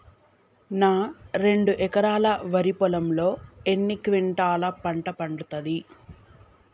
నా రెండు ఎకరాల వరి పొలంలో ఎన్ని క్వింటాలా పంట పండుతది?